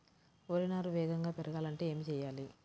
వరి నారు వేగంగా పెరగాలంటే ఏమి చెయ్యాలి?